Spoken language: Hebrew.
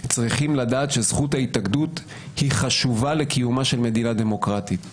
צריכים לדעת שזכות ההתאגדות חשובה לקיומה של מדינה דמוקרטית.